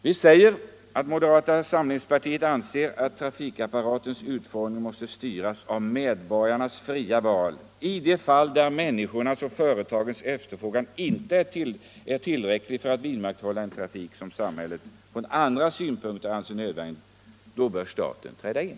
Vi framhåller att moderata samlingspartiet ”anser att trafikapparatens utformning måste styras av medborgarnas fria val. I de fall där människornas och företagens efterfrågan inte är tillräcklig för att vidmakthålla en trafik som samhället från andra synpunkter anser nödvändig, bör staten träda in.